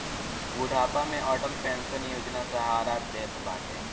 बुढ़ापा में अटल पेंशन योजना सहारा देत बाटे